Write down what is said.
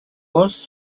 was